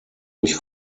durch